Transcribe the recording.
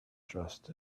dressed